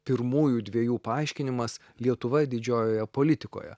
pirmųjų dviejų paaiškinimas lietuva didžiojoje politikoje